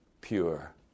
pure